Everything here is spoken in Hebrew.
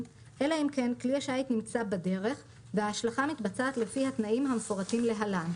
אלא אם כן כלי השיט נמצא בדרך וההשלכה מתבצעת לפי התנאים המפורטים להלן: